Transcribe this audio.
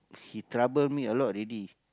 he trouble me a lot already